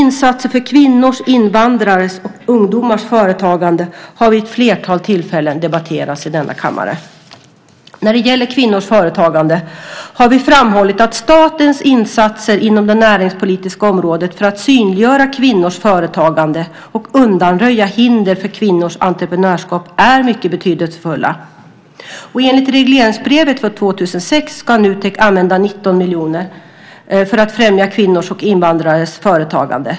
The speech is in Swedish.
Insatser för kvinnors, invandrares och ungdomars företagande har vid ett flertal tillfällen debatterats i denna kammare. När det gäller kvinnors företagande har vi framhållit att statens insatser inom det näringspolitiska området för att synliggöra kvinnors företagande och undanröja hinder för kvinnors entreprenörskap är mycket betydelsefulla. Enligt regleringsbrevet för år 2006 ska Nutek använda 19 miljoner för att främja kvinnors och invandrares företagande.